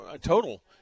total